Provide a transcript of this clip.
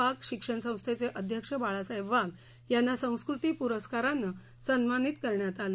वाघ शिक्षण संस्थेचे अध्यक्ष बाळासाहेब वाघ यांना संस्कृती पुरस्कारनं सन्मानित करण्यात आलं